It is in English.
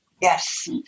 Yes